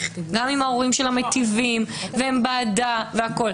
גם אם ההורים שלה מיטיבים והם בעדה וכו'.